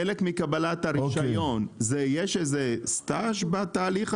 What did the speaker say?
כחלק מקבלת הרישיון הם מחויבים בסטאז'?